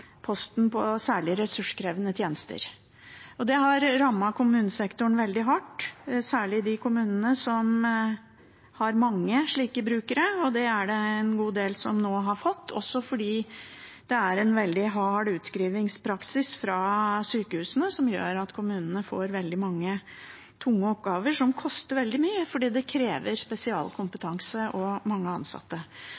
posten for særlig ressurskrevende tjenester. Det har rammet kommunesektoren veldig hardt, særlig de kommunene som har mange slike brukere. Det er det en god del som nå har fått, også fordi det er en veldig hard utskrivningspraksis fra sykehusene, noe som gjør at kommunene får veldig mange tunge oppgaver som koster veldig mye fordi de krever